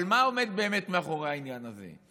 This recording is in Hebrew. אבל מה עומד באמת מאחורי העניין הזה?